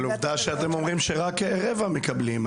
עובדה שאתם אומרים שרק רבע מקבלים.